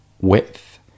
width